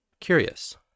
Curious